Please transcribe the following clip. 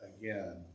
again